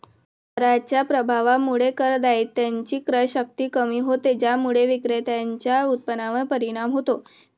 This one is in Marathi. कराच्या प्रभावामुळे करदात्याची क्रयशक्ती कमी होते, ज्यामुळे विक्रेत्याच्या उत्पन्नावर परिणाम होतो